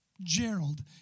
Gerald